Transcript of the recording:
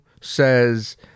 says